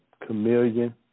Chameleon